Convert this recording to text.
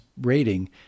rating